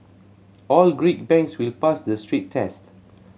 all Greek banks will pass the stress tests